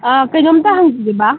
ꯑꯥ ꯀꯩꯅꯣꯝꯇ ꯍꯪꯖꯒꯦꯕ